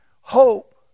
Hope